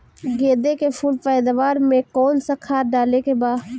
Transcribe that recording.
गेदे के फूल पैदवार मे काउन् सा खाद डाले के बा?